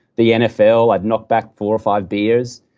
the nfl, i'd knock back four or five beers,